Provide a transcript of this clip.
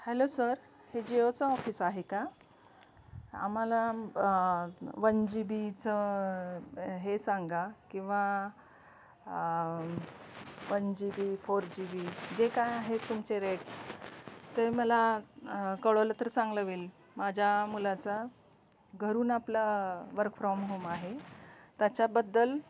hello sir हे जिओचं office आहे का आम्हाला वन जी बीचं हे सांगा किंवा one G B four G B जे काय आहे तुमचे रेट ते मला कळवलं तर चांगलं होईल माझ्या मुलाचा घरून आपला वर्क फ्रॉम होम आहे त्याच्याबद्दल